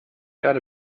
erde